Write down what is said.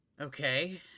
Okay